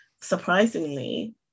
surprisingly